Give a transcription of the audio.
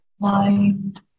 mind